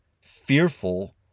fearful